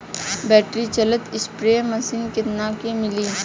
Battery चलत sprayer machine कितना क मिली?